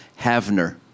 Havner